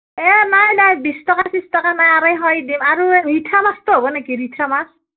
এ নাই নাই বিশ টকা চিচ টকা নাই আঢ়ৈশই দিম আৰু এই ৰিঠা মাছটো হ'ব নেকি ৰিঠা মাছ